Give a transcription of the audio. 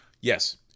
Yes